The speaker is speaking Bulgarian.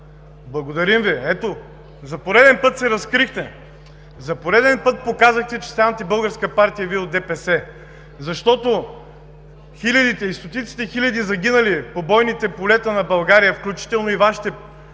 Благодарим Ви. Ето, за пореден път се разкрихте, за пореден път показахте, че сте антибългарска партия, Вие, от ДПС, защото стотиците хиляди загинали по бойните полета на България, включително и Вашите деди,